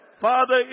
Father